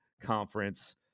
Conference